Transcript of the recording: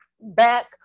back